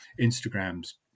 Instagram's